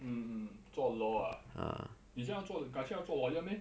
mm 做 law ah 你现在你改次要做 lawyer meh